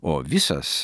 o visas